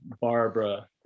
Barbara